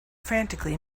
frantically